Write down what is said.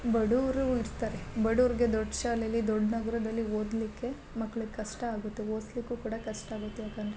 ಬಡುವರು ಇರ್ತಾರೆ ಬಡವರಿಗೆ ದೊಡ್ಡ ಶಾಲೆಯಲ್ಲಿ ದೊಡ್ಡ ನಗರದಲ್ಲಿ ಓದಲಿಕ್ಕೆ ಮಕ್ಳಿಗೆ ಕಷ್ಟ ಆಗುತ್ತೆ ಓದ್ಸ್ಲಿಕು ಕೂಡ ಕಷ್ಟ ಆಗುತ್ತೆ ಯಾಕಂದರೆ